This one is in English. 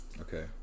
Okay